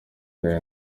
dore